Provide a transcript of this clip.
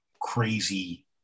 crazy